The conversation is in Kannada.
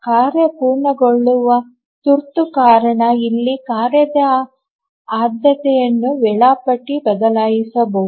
ಕಾರ್ಯ ಪೂರ್ಣಗೊಳ್ಳುವ ತುರ್ತು ಕಾರಣ ಇಲ್ಲಿ ಕಾರ್ಯದ ಆದ್ಯತೆಯನ್ನು ವೇಳಾಪಟ್ಟಿ ಬದಲಾಯಿಸಬಹುದು